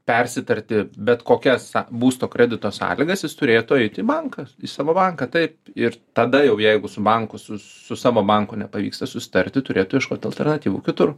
persitarti bet kokias būsto kredito sąlygas jis turėtų eiti į banką į savo banką taip ir tada jau jeigu su banku su su savo banku nepavyksta susitarti turėtų ieškot alternatyvų kitur